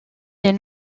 les